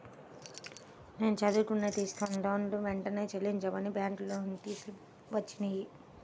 నేను చదువుకోడానికి తీసుకున్న లోనుని వెంటనే చెల్లించమని బ్యాంకు నోటీసులు వచ్చినియ్యి